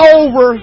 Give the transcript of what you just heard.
over